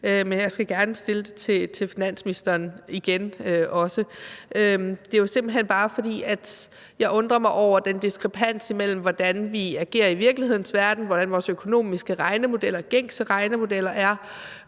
Men jeg skal gerne stille det igen til finansministeren. Det er jo simpelt hen bare, fordi jeg undrer mig over den diskrepans mellem, hvordan vi agerer i virkelighedens verden, hvordan vores gængse økonomiske regnemodeller er,